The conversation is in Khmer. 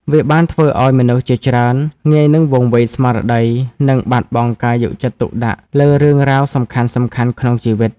វាបានធ្វើឲ្យមនុស្សជាច្រើនងាយនឹងវង្វេងស្មារតី និងបាត់បង់ការយកចិត្តទុកដាក់លើរឿងរ៉ាវសំខាន់ៗក្នុងជីវិត។